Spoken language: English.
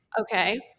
okay